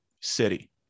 city